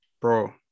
bro